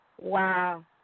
Wow